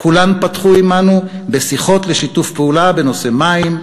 כולם פתחו עמנו בשיחות לשיתוף פעולה בנושאי מים,